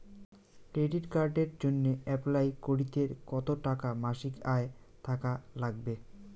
Credit কার্ডের জইন্যে apply করিতে কতো টাকা মাসিক আয় থাকা নাগবে?